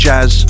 Jazz